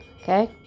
Okay